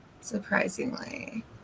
surprisingly